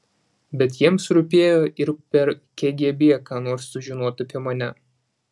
bet jiems rūpėjo ir per kgb ką nors sužinot apie mane